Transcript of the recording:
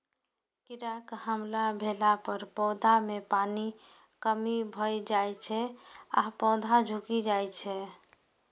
कीड़ाक हमला भेला पर पौधा मे पानिक कमी भए जाइ छै आ पौधा झुकि जाइ छै